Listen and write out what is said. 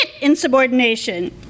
insubordination